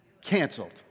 canceled